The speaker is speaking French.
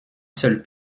seul